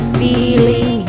feeling